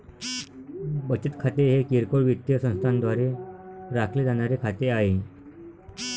बचत खाते हे किरकोळ वित्तीय संस्थांद्वारे राखले जाणारे खाते आहे